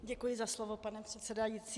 Děkuji za slovo, pane předsedající.